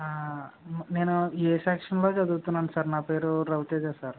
నేను ఏ సెక్షన్లో చదువుతున్నాను సార్ నా పేరు రవి తేజ సార్